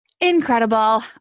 Incredible